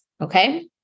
okay